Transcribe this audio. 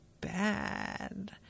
bad